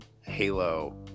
Halo